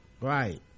right